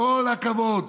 כל הכבוד.